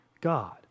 God